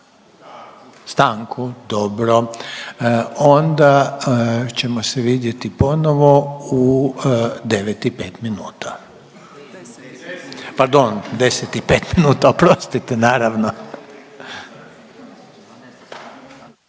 Stanku, dobro onda ćemo se vidjeti ponovo u 9 i 5 minuta, pardon 10 i 5 minuta, oprostite naravno.